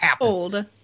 Old